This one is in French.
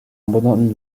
abandonne